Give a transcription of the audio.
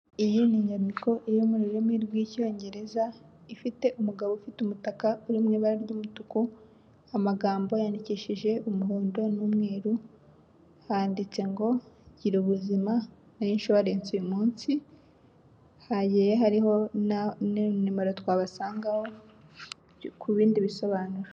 Iyi ni inyandiko iri mu rurimi rw'icyongereza ifite umugabo ufite umutaka uri mu ibara ry'umutuku amagambo yandikishije umuhondo n'umweru . Handitse ngo gira ubuzima na inshuwarensi uyu munsi hagiye hariho na numero twabasangaho ku bindi bisobanuro.